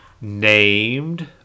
named